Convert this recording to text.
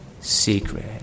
secret